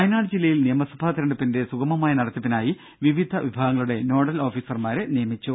വയനാട് ജില്ലയിൽ നിയമസഭാ തെരഞ്ഞെടുപ്പിന്റെ സുഗമമായ നടത്തിപ്പിനായി വിവിധ വിഭാഗങ്ങളുടെ നോഡൽ ഓഫീസർമാരെ നിയമിച്ചു